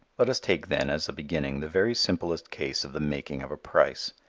let us take, then, as a beginning the very simplest case of the making of a price.